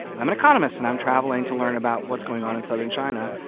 i'm an economist. and i'm traveling to learn about what's going on in southern china.